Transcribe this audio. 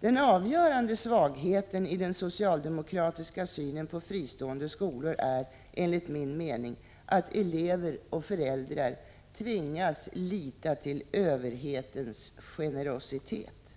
Den avgörande svagheten i den socialdemokratiska synen på fristående skolor är, enligt min mening, att elever och föräldrar tvingas lita till överhetens generositet.